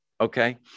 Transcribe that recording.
Okay